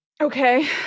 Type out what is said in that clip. Okay